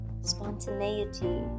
spontaneity